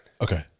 Okay